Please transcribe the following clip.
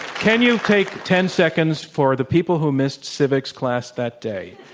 can you take ten seconds for the people who missed civics class that day,